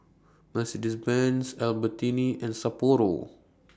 Mercedes Benz Albertini and Sapporo